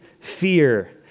fear